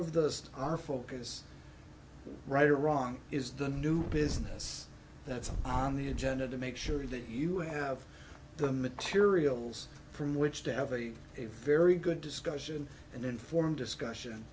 of the our focus right or wrong is the new business that's on the agenda to make sure that you have the materials from which to have a a very good discussion and informed discussion